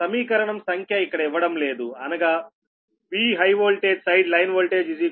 సమీకరణం సంఖ్య ఇక్కడ ఇవ్వడం లేదు అనగా V high voltage side line voltage 3 VAn